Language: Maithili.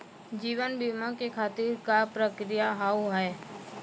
जीवन बीमा के खातिर का का प्रक्रिया हाव हाय?